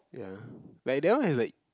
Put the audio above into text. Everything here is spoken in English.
ya but that one is like